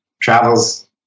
Travels